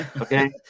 Okay